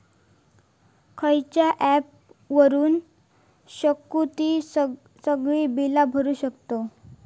खयचा ऍप वापरू शकतू ही सगळी बीला भरु शकतय?